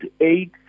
eight